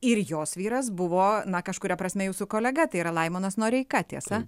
ir jos vyras buvo na kažkuria prasme jūsų kolega tai yra laimonas noreika tiesa